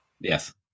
yes